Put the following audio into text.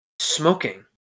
Smoking